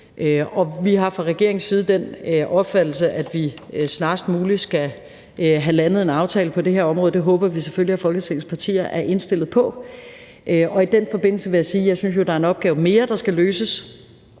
Vi har fra regeringens side den opfattelse, at vi snarest muligt skal have landet en aftale på det her område. Det håber vi selvfølgelig at Folketingets partier er indstillet på. Kl. 13:52 I den forbindelse vil jeg sige, at jeg jo synes, der er en opgave mere, der skal løses.